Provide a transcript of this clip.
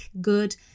good